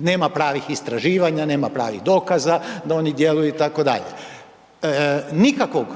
nema pravih istraživanja, nema pravih dokaza da oni djeluju itd. Nikakvog